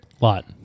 Lot